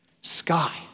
sky